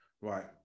right